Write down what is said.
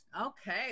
Okay